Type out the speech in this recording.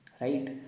right